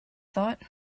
thought